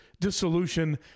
dissolution